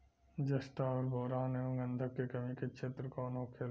जस्ता और बोरान एंव गंधक के कमी के क्षेत्र कौन होखेला?